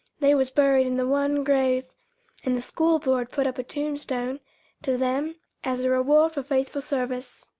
they was buried in the one grave and the school board put up a tombstone to them as a reward for faithful service.